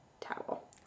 towel